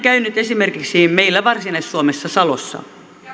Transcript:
käynyt esimerkiksi meillä varsinais suomessa salossa